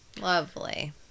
Lovely